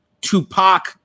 Tupac